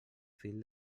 fil